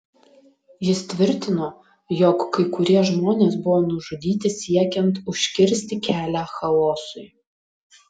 jis tvirtino jog kai kurie žmonės buvo nužudyti siekiant užkirsti kelią chaosui